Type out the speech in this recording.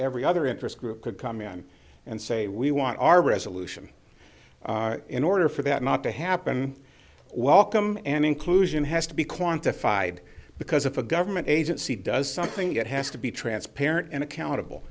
every other interest group could come in and say we want our resolution in order for that not to happen welcome and inclusion has to be quantified because if a government agency does something it has to be transparent and accountable